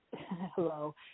hello